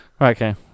Okay